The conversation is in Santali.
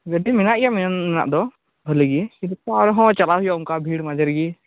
ᱜᱟᱰᱤ ᱢᱮᱱᱟᱜ ᱜᱮᱭᱟ ᱢᱮᱱ ᱫᱚ ᱵᱷᱟᱞᱤ ᱜᱮ ᱠᱤᱱᱛᱩ ᱛᱟᱣ ᱨᱮᱦᱚᱸ ᱪᱟᱞᱟᱣ ᱦᱩᱭᱩᱜᱼᱟ ᱚᱱᱠᱟ ᱵᱷᱤᱲ ᱢᱟᱡᱷᱮ ᱨᱮᱜᱮ